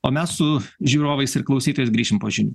o mes su žiūrovais ir klausytojais grįšim po žinių